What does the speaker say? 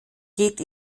geht